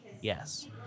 Yes